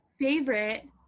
favorite